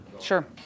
Sure